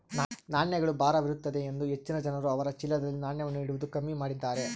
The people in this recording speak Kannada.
ನಾಣ್ಯಗಳು ಭಾರವಿರುತ್ತದೆಯೆಂದು ಹೆಚ್ಚಿನ ಜನರು ಅವರ ಚೀಲದಲ್ಲಿ ನಾಣ್ಯವನ್ನು ಇಡುವುದು ಕಮ್ಮಿ ಮಾಡಿದ್ದಾರೆ